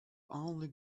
only